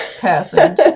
passage